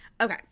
Okay